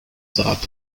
saat